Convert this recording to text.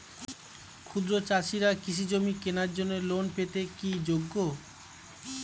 ক্ষুদ্র চাষিরা কৃষিজমি কেনার জন্য লোন পেতে কি যোগ্য?